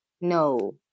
no